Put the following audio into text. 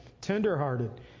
tender-hearted